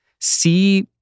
see